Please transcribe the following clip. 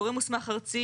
גורם מוסמך ארצי,